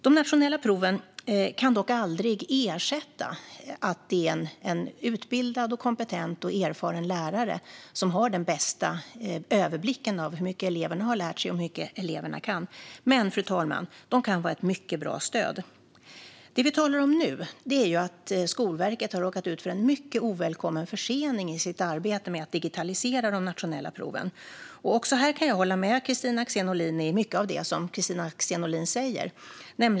De nationella proven kan dock aldrig ersätta en utbildad, kompetent och erfaren lärare som har den bästa överblicken över hur mycket eleverna har lärt sig och kan. Men, fru talman, de kan vara ett mycket bra stöd. Det vi talar om nu är att Skolverket har råkat ut för en mycket ovälkommen försening i arbetet med att digitalisera de nationella proven. Också här kan jag hålla med om mycket av det som Kristina Axén Olin säger.